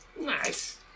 Nice